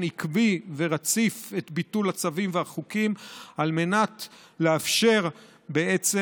עקבי ורציף את ביטול הצווים והחוקים על מנת לאפשר בעצם